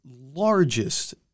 largest